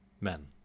men